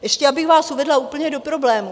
Ještě abych vás uvedla úplně do problému.